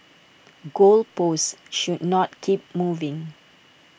goal posts should not keep moving